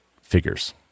figures